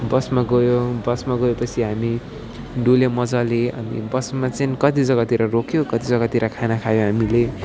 बसमा गयो बसमा गएपछि हामी डुल्यो मजाले अनि बसमा चाहिँ कति जाग्गातिर रोक्यो कति जग्गातिर खाना खायो हामीले